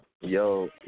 Yo